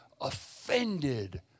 offended